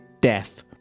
death